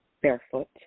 barefoot